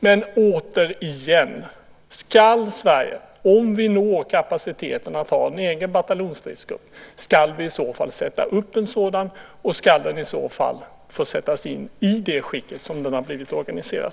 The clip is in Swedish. Men återigen: Om Sverige når kapaciteten att ha en egen bataljonsstridsgrupp, ska vi i så fall sätta upp en sådan, och ska den i så fall få sättas in i det skick som den har blivit organiserad?